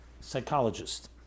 Psychologist